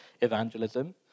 evangelism